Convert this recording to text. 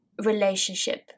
relationship